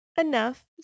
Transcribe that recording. enough